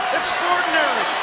extraordinary